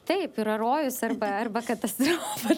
taip yra rojus arba arba katastrofa